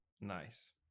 Nice